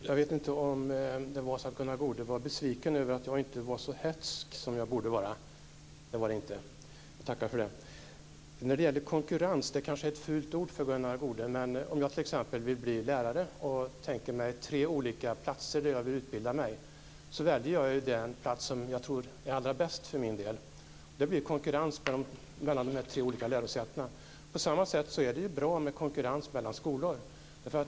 Herr talman! Jag vet inte om det är så att Gunnar Goude var besviken över att jag inte var så hätsk som jag borde vara. Nej, Gunnar Goude skakar på huvudet, så det var det inte. Jag tackar för det. Konkurrens kanske är ett fult ord för Gunnar Goude. Om jag t.ex. vill bli lärare och tänker mig tre olika platser där jag vill utbilda mig väljer jag den plats som jag tror är allra bäst för min del. Det blir konkurrens mellan de tre olika lärosätena. På samma sätt är det bra med konkurrens mellan skolor.